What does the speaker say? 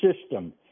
system